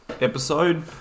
episode